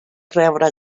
rebre